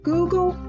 Google